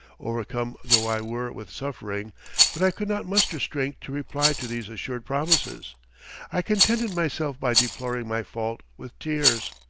overcome though i were with suffering but i could not muster strength to reply to these assured promises i contented myself by deploring my fault with tears.